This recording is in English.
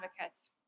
advocates